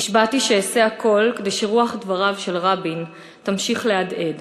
נשבעתי שאעשה הכול כדי שרוח דבריו של רבין תמשיך להדהד